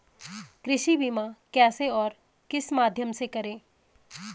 कृषि बीमा कैसे और किस माध्यम से करें?